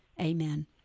Amen